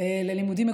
ללימודים מקוונים,